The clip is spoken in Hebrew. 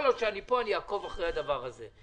וכל עוד אני פה אני אעקוב אחרי הדבר הזה.